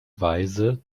weise